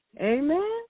Amen